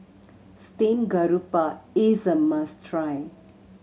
steamed grouper is a must try